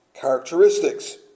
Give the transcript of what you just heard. characteristics